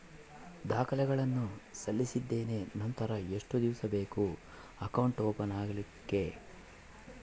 ದಾಖಲೆಗಳನ್ನು ಸಲ್ಲಿಸಿದ್ದೇನೆ ನಂತರ ಎಷ್ಟು ದಿವಸ ಬೇಕು ಅಕೌಂಟ್ ಓಪನ್ ಆಗಲಿಕ್ಕೆ?